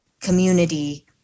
community